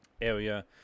area